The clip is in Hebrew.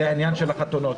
זה עניין החתונות.